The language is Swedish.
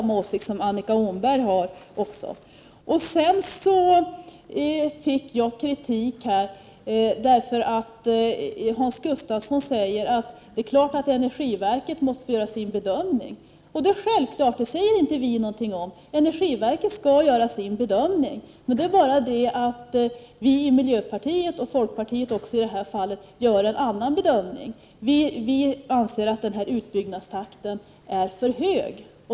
Annika Åhnberg är av samma åsikt. Jag fick kritik här. Hans Gustafsson säger att det är klart att energiverket måste få göra sin bedömning. Det är självklart och det säger vi inte något om. Energiverket skall göra sin bedömning. Men vi i miljöpartiet, och även folkpartiet i det här fallet, gör en annan bedömning. Vi anser att denna utbyggnadstakt är för hög.